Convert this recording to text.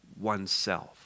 oneself